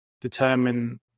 determine